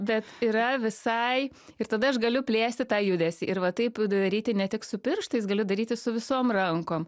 bet yra visai ir tada aš galiu plėsti tą judesį ir va taip daryti ne tik su pirštais galiu daryti su visom rankom